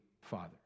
father